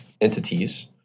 entities